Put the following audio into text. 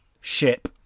ship